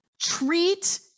Treat